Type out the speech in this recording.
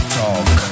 talk